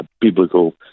biblical